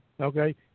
Okay